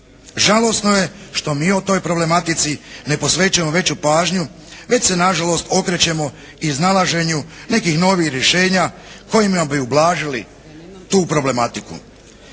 Žalosno je što mi o toj problematici ne posvećujemo veću pažnju, već se na žalost okrećemo iznalaženju nekih novih rješenja kojima bi ublažili tu problematiku.